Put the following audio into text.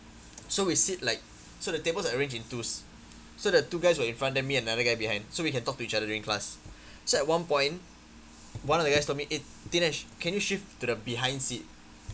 so we sit like so the tables are arranged in twos so the two guys were in front then me and another guy behind so we can talk to each other during class so at one point one of the guys told me eh dinesh can you shift to the behind seat